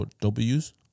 w's